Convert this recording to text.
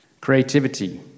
Creativity